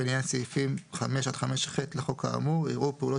ולעניין סעיפים 5 עד 5ח לחוק האמור - יראו פעולות